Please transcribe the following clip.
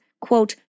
quote